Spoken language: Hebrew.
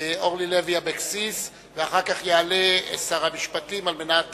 אורלי לוי אבקסיס, ואחר כך יעלה שר המשפטים על מנת